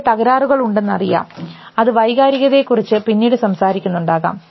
അവിടെ തകരാറുകൾ ഉണ്ടെന്നറിയാം നമുക്കറിയാം അത് വൈകാരികതയെ കുറിച്ച് പിന്നീട് സംസാരിക്കുന്ന ഉണ്ടാകാം